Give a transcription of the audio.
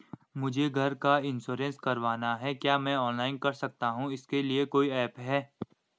मुझे घर का इन्श्योरेंस करवाना है क्या मैं ऑनलाइन कर सकता हूँ इसके लिए कोई ऐप है?